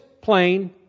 plain